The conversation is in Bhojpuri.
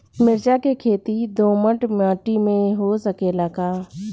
मिर्चा के खेती दोमट माटी में हो सकेला का?